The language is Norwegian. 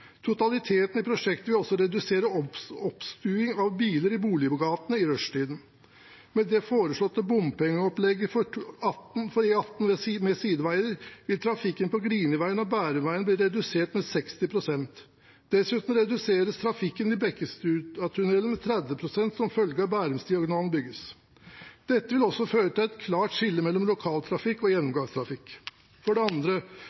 prosjektet vil også redusere opphopingen av biler i boliggatene i rushtiden. Med det foreslåtte bompengeopplegget for E18 med sideveier vil trafikken på Griniveien og Bærumsveien bli redusert med 60 pst. Dessuten reduseres trafikken i Bekkestuatunnelen med 30 pst. som følge av at Bærumsdiagonalen bygges. Dette vil også føre til et klart skille mellom lokaltrafikk og gjennomgangstrafikk. For det andre